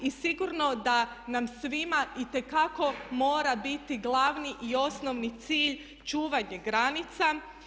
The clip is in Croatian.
I sigurno da nam svima itekako mora biti glavni i osnovni cilj čuvanje granica.